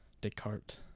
Descartes